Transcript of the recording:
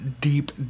deep